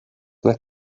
ble